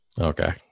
Okay